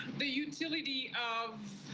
the utility of